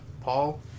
Paul